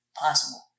possible